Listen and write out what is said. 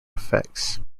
effects